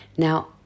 Now